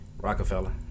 Rockefeller